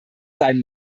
sein